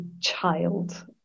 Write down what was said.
child